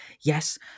yes